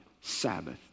Sabbath